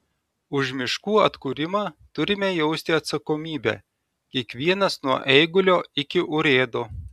už miškų atkūrimą turime jausti atsakomybę kiekvienas nuo eigulio iki urėdo